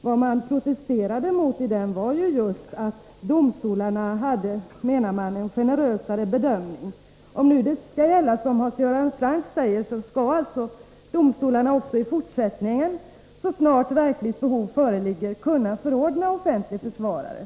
Vad man protesterade emot var ju just att domstolarna gjorde en generösare bedömning. Om nu det skall gälla som Hans Göran Franck talar om, skall alltså domstolarna också i fortsättningen så snart verkligt behov föreligger kunna förordna offentlig försvarare.